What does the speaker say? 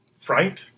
fright